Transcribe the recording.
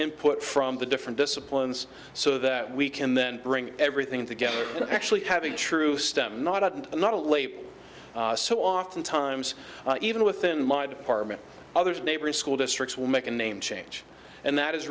input from the different disciplines so that we can then bring everything together and actually having true stem not and not a late so often times even within my department others neighbors school districts will make a name change and that is